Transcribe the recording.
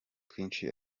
twinshi